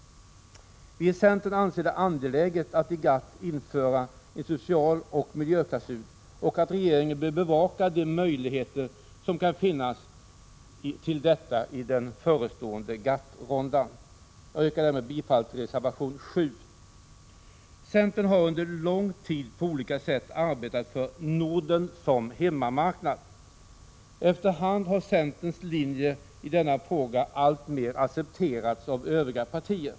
Vi i centern anser det angeläget att i GATT införa en socialoch miljöklausul och att regeringen bör bevaka de möjligheter som kan finnas till detta i den förestående GATT-rundan. Jag yrkar därmed bifall till reservation 7. Centern har under lång tid på olika sätt arbetat för Norden som hemmamarknad. Efter hand har centerns linje i denna fråga alltmer accepterats av övriga partier.